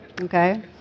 Okay